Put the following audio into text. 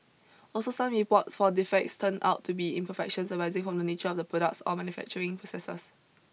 also some reports for defects turned out to be imperfections arising from the nature of the products or manufacturing processes